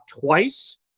twice